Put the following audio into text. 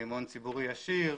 מימון ציבורי ישיר,